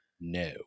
no